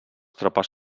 tropes